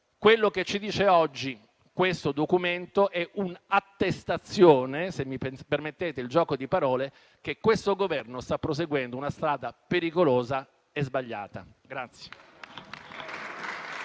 Quello che ci dice oggi questo documento è un'attestazione - se mi permettete il gioco di parole - che questo Governo sta proseguendo su una strada pericolosa e sbagliata.